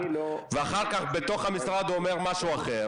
ואחר כך במשרד אומר משהו אחר.